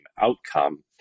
outcome